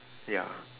ya